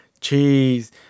cheese